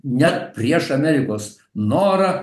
ne prieš amerikos norą